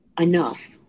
enough